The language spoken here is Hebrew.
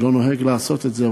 אני לא נוהג לעשות את זה,